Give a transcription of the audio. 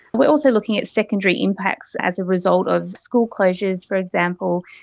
we are also looking at secondary impacts as a result of school closures, for example,